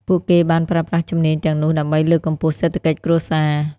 ពួកគេបានប្រើប្រាស់ជំនាញទាំងនោះដើម្បីលើកកម្ពស់សេដ្ឋកិច្ចគ្រួសារ។